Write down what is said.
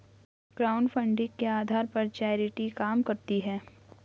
crowdfunding के आधार पर चैरिटी काम करती है